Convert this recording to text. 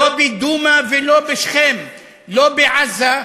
לא בדומא ולא בשכם ולא בעזה,